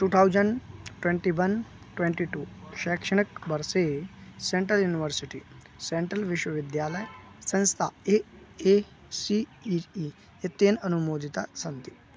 two thousand twenty one twenty two शैक्षणिकवर्षे central university central विश्वविद्यालयसंस्था A A C E E इत्येनन अनुमोदिताः सन्ति